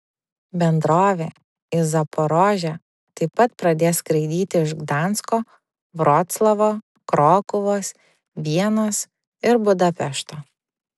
bendrovė į zaporožę taip pat pradės skraidyti iš gdansko vroclavo krokuvos vienos ir budapešto